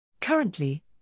Currently